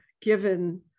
given